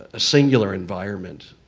ah singular environment,